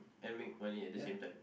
and make money at the same time